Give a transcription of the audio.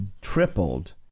tripled